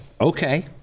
Okay